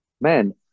man